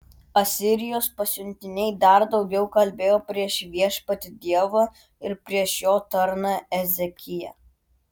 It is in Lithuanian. asirijos pasiuntiniai dar daugiau kalbėjo prieš viešpatį dievą ir prieš jo tarną ezekiją